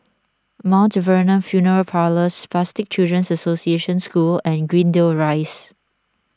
Mount Vernon funeral Parlours Spastic Children's Association School and Greendale Rise